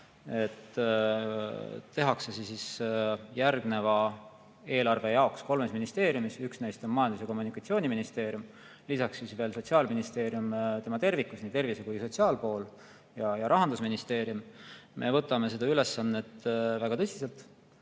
tehakse järgneva eelarve jaoks kolmes ministeeriumis, üks neist on Majandus- ja Kommunikatsiooniministeerium, lisaks Sotsiaalministeerium tervikuna, nii tervise- kui sotsiaalpool, ja Rahandusministeerium. Me võtame seda ülesannet väga tõsiselt.